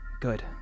good